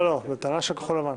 לא, זו טענה של כחול לבן.